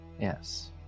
Yes